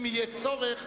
אם יהיה צורך,